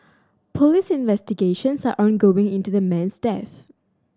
police investigations are ongoing into the man's death